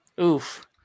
Oof